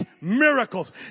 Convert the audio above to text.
miracles